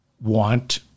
want